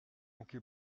anche